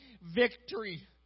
victory